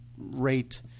Rate